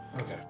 Okay